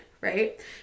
right